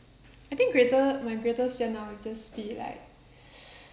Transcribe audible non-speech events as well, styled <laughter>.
<noise> I think greater my greatest fear now is just be like <noise>